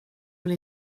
vill